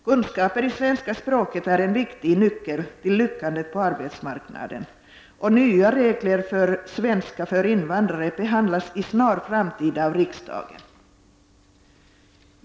Kunskaper i svenska språket är en viktig nyckel till framgång på arbetsmarknaden, och nya regler för sfi, svenska för invandrare, behandlas inom en snar framtid av riksdagen.